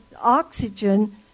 oxygen